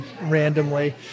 randomly